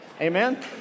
Amen